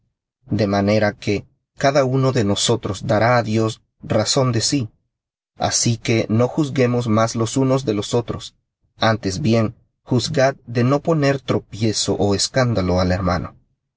de manera que cada uno de nosotros dará á dios razón de sí así que no juzguemos más los unos de los otros antes bien juzgad de no poner tropiezo ó escándalo al hermano